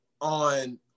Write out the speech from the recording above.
on